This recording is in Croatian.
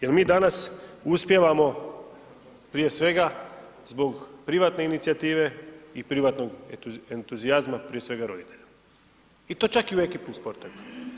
Jel mi danas uspijevamo prije svega zbog privatne inicijative i privatnog entuzijazma, prije svega roditelja i to čak i u ekipnim sportovima.